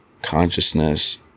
Consciousness